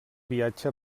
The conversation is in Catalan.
viatge